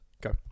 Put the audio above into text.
Go